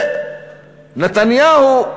ונתניהו,